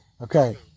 Okay